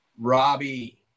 Robbie